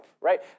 right